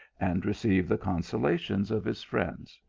and receive the consolations of his friends